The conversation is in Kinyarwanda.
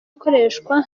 ikoreshwa